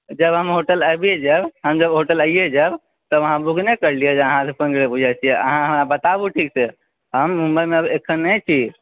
जब हम होटल आबि जाएब हम जब होटल आबि जाएब तब हम बुक नहि कर लियऽ जे अहाँ से फोन पर बुझै छियै अहाँ हमरा बताबु ठीक से हम मुम्बइमे अब अखन नै छी